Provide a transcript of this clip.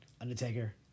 Undertaker